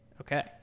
Okay